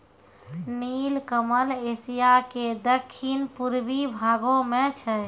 नीलकमल एशिया के दक्खिन पूर्वी भागो मे छै